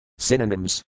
Synonyms